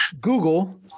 Google